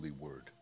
Word